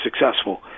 successful